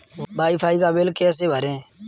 Wi fi का bill कैसे भरें?